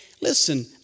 listen